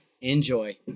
Enjoy